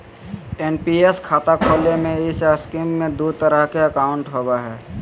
NPS खाता खोले में इस स्कीम में दू तरह के अकाउंट होबो हइ